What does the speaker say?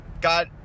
got